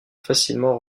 facilement